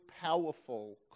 powerful